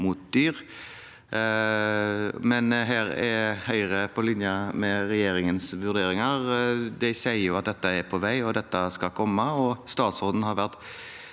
mot dyr, men her er Høyre på linje med regjeringens vurderinger. De sier jo at dette er på vei, at dette skal komme, og statsråden har vært